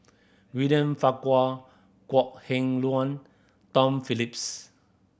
William Farquhar Kok Heng Leun Tom Phillips